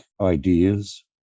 ideas